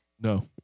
No